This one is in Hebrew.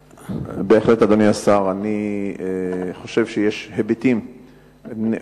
בהחלט, אדוני השר, אני חושב שיש היבטים רחבים,